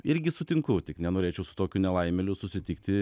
irgi sutinku tik nenorėčiau su tokiu nelaimėliu susitikti